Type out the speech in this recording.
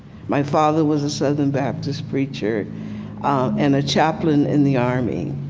my father was a southern baptist preacher and a chaplain in the army.